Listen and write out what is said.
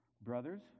Brothers